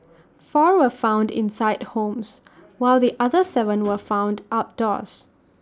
four were found inside homes while the other Seven were found outdoors